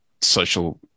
social